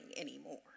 anymore